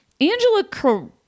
Angela